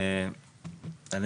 ברשותכם,